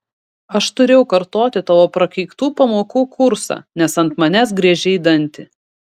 aš turėjau kartoti tavo prakeiktų pamokų kursą nes ant manęs griežei dantį